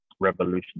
Revolution